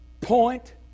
point